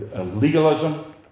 legalism